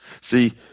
See